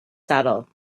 saddle